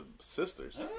sisters